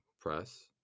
press